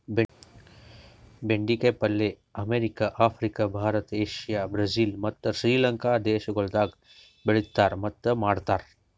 ಬೆಂಡೆ ಕಾಯಿ ಪಲ್ಯ America, Africa, Bharat, Asia, Brazil ಮತ್ತ್ ಶ್ರೀ ಲಂಕಾ ದೇಶಗೊಳ್ದಾಗ್ ಬೆಳೆತಾರ್ ಮತ್ತ್ ಮಾಡ್ತಾರ್